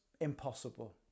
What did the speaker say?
Impossible